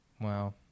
Wow